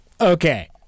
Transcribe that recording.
Okay